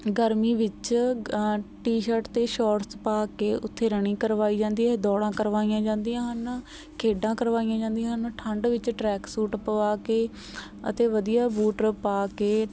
ਗਰਮੀ ਵਿੱਚ T shirt ਅਤੇ ਸ਼ਾਰਟਸ ਪਾ ਕੇ ਉੱਥੇ ਰਨਿੰਗ ਕਰਵਾਈ ਜਾਂਦੀ ਹੈ ਦੌੜਾਂ ਕਰਵਾਈਆਂ ਜਾਂਦੀਆਂ ਹਨ ਖੇਡਾਂ ਕਰਵਾਈਆਂ ਜਾਂਦੀਆਂ ਹਨ ਠੰਡ ਵਿੱਚ ਟਰੈਕ ਸੂਟ ਪਵਾ ਕੇ ਅਤੇ ਵਧੀਆ ਬੂਟ ਪਾ ਕੇ